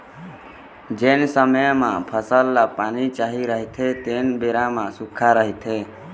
जेन समे म फसल ल पानी चाही रहिथे तेन बेरा म सुक्खा रहिथे